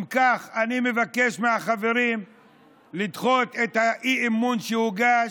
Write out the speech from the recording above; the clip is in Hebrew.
אם כך, אני מבקש מהחברים לדחות את האי-אמון שהוגש,